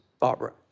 Barbara